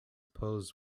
posed